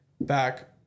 Back